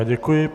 Děkuji.